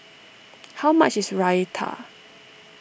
how much is Raita